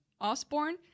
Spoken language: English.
Osborne